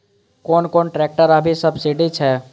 कोन कोन ट्रेक्टर अभी सब्सीडी छै?